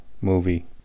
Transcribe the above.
movie